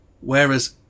Whereas